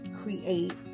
create